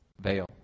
veil